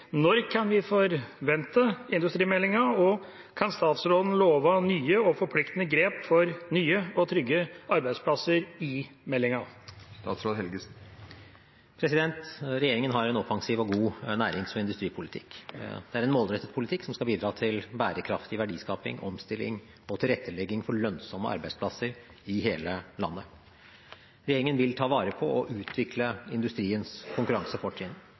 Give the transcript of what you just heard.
Når kan vi forvente industrimeldingen, og kan statsråden love nye og forpliktende grep for nye og trygge arbeidsplasser i meldingen?» Regjeringen har en offensiv og god nærings- og industripolitikk. Det er en målrettet politikk som skal bidra til bærekraftig verdiskaping, omstilling og tilrettelegging for lønnsomme arbeidsplasser i hele landet. Regjeringen vil ta vare på og utvikle industriens konkurransefortrinn.